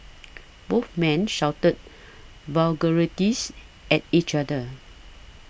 both men shouted vulgarities at each other